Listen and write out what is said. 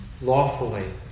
lawfully